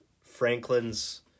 Franklin's